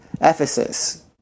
Ephesus